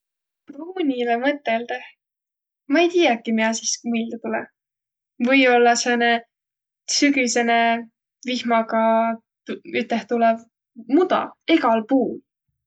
Pruunile mõteldeh, ma ei tiiäki, miä sis miilde tulõ. või-ollaq sääne sügüsene vihmaga üteh tulõv muda egal puul.